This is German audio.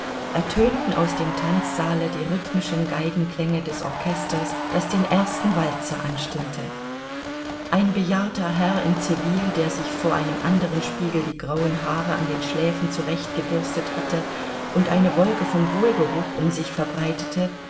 ertönten aus dem tanzsaale die rhythmischen geigenklänge des orchesters das den ersten walzer anstimmte ein bejahrter herr in zivil der sich vor einem anderen spiegel die grauen haare an den schläfen zurechtgebürstet hatte und eine wolke von wohlgeruch um sich verbreitete